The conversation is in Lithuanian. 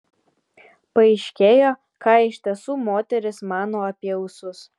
paaiškėjo ką iš tiesų moterys mano apie ūsus